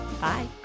Bye